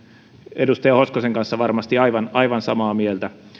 edustaja hoskosen kanssa varmasti aivan aivan samaa mieltä